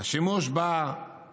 יש שימוש בתאריך,